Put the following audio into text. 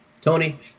Tony